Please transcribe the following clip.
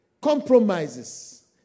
compromises